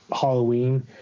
Halloween